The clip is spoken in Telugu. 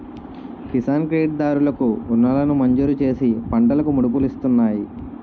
కిసాన్ క్రెడిట్ కార్డు దారులు కు రుణాలను మంజూరుచేసి పంటలకు మదుపులిస్తున్నాయి